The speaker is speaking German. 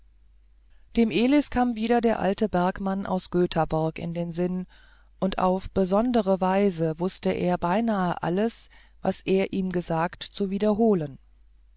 dem elis kam wieder der alte bergmann aus göthaborg in den sinn und auf besondere weise wußte er beinahe alles was der ihm gesagt zu wiederholen